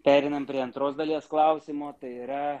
pereiname prie antros dalies klausimo tai yra